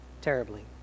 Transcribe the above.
terribly